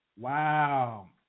Wow